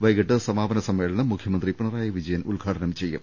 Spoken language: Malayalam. വൈകീട്ട് സമാപന സമ്മേളനം മുഖ്യമന്ത്രി പിണറായി വിജയൻ ഉദ്ഘാടനം ചെയ്യും